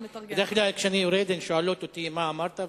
כי בדרך כלל כשאני יורד הן שואלות אותי מה אמרת,